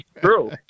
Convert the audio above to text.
True